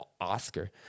Oscar